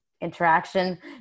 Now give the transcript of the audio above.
interaction